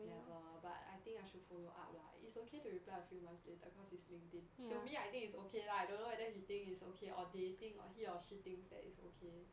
never but I think I should follow up lah it's okay to reply a few months later cause it's LinkedIn to me I think it's okay lah I don't know whether he think it's okay or they think or he or she thinks it's okay